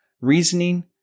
reasoning